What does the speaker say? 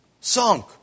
Sunk